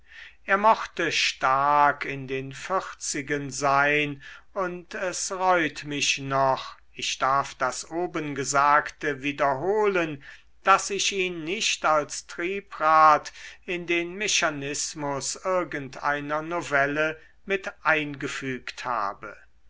er mochte stark in den vierzigen sein und es reut mich noch ich darf das obengesagte wiederholen daß ich ihn nicht als triebrad in den mechanismus irgend einer novelle mit eingefügt habe